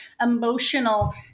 emotional